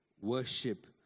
Worship